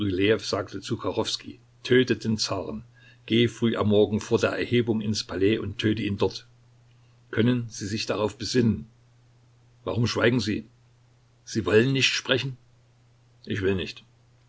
sagte zu kachowskij töte den zaren geh früh am morgen vor der erhebung ins palais und töte ihn dort können sie sich darauf besinnen warum schweigen sie sie wollen nicht sprechen ich will nicht